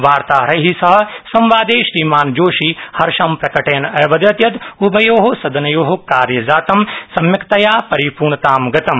वार्ताहरैः सह संवादे श्रीमान् जोशी हर्ष प्रकटयन् अवदत् यत् उभयोः सदनयोः कार्यजातं सम्यक्तया परिपूर्णतां गतम्